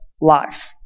life